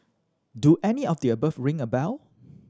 do any of the above ring a bell